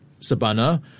Sabana